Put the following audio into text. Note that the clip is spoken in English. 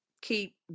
keep